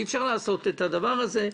ואי-אפשר לעשות את הדבר הזה.